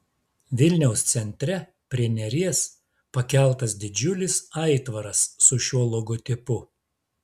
vilniaus centre prie neries pakeltas didžiulis aitvaras su šiuo logotipu